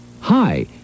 Hi